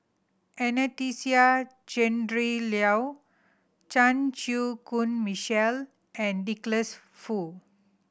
Anastasia Tjendri Liew Chan Chew Koon Michael and Douglas Foo